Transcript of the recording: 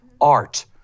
Art